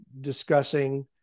discussing